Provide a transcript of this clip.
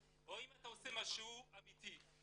או אם אתה עושה משהו אמיתי.